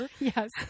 Yes